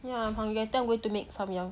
yeah I'm hungry I think I'm going to make samyang